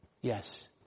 Yes